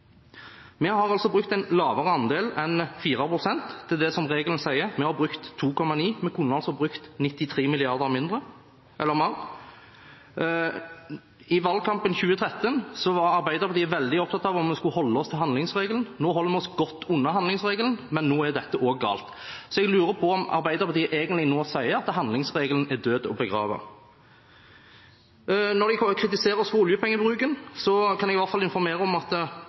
Vi har brukt en lavere andel enn 4 pst., som er det som regelen sier. Vi har brukt 2,9 pst. Vi kunne altså ha brukt 93 mrd. kr mer. I valgkampen i 2013 var Arbeiderpartiet veldig opptatt av at vi skulle holde oss til handlingsregelen. Nå holder vi oss godt under handlingsregelen, men nå er også dette galt. Så jeg lurer på om Arbeiderpartiet nå egentlig sier at handlingsregelen er død og begravet. Når de kritiserer oss for oljepengebruken, kan jeg i hvert fall informere om at